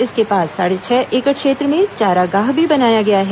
इसके पास साढ़े छह एकड़ क्षेत्र में चारागाह भी बनाया गया है